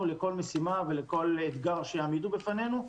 לכל משימה ולכל אתגר שיעמידו בפנינו,